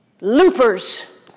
Loopers